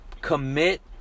commit